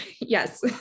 yes